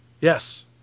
Yes